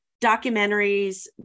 documentaries